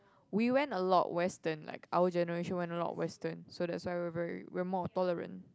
we went a lot western like our generation went a lot western so that's why we are very we are more tolerant